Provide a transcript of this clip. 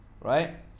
right